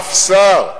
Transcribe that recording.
אף שר.